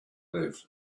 left